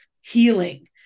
healing